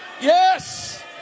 Yes